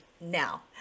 now